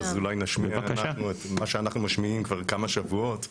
אז אולי נשמיע אנחנו את מה שאנחנו משמיעים כבר כמה שבועות.